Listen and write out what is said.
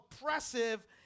oppressive